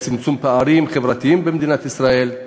בצמצום פערים חברתיים במדינת ישראל.